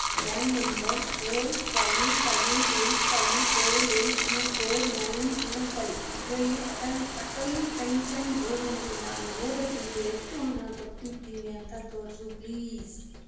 ಫ್ರ್ಯಾನ್ number four five five eight five four eight two four nine two five ಇದರಲ್ಲಿ Atal Atal pension ಯೋಜನೆಗೆ ನಾನು ಹೋದ ತಿಂಗಳು ಎಷ್ಟು ಹಣ ಕೊಟ್ಟಿದ್ದೀನಿ ಅಂತ ತೋರಿಸು ಪ್ಲೀಸ್